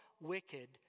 wicked